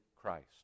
Christ